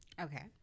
Okay